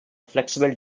flexible